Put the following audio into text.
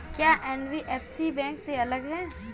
क्या NBFC bank से अलग है?